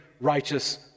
righteous